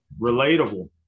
Relatable